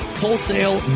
wholesale